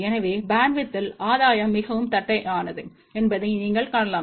எனவே பேண்ட்வித் யில் ஆதாயம் மிகவும் தட்டையானது என்பதை நீங்கள் காணலாம்